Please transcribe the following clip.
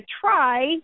try